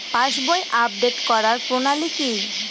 পাসবই update করার প্রণালী কি?